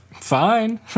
Fine